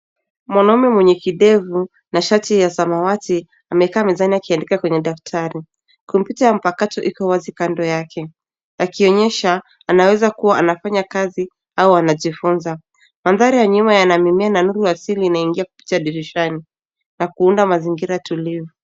Mwanamume mwenye kidevu na shati ya samawati, amekaa mezani akiandika kwenye daftari. Kompyuta ya mpakato iko wazi kando yake, akionyesha anaweza kuwa anafanya kazi au anajifunza. Mandhari ya nyuma yana mimea na nuru asili inaingia kupitia dirishani na kuunda mazingira tulivu.